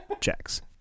checks